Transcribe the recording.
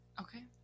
Okay